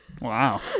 wow